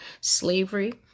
slavery